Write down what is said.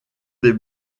des